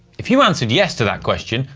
if you answered yes to that question,